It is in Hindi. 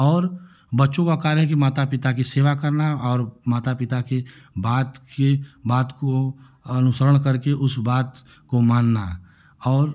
और बच्चों का कार्य है कि माता पिता की सेवा करना और माता पिता की बात के बात को अनुसरण करके उस बात को मानना और